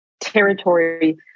territory